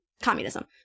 Communism